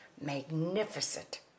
magnificent